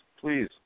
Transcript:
please